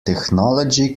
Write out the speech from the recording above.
technology